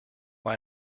war